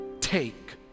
take